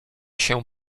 się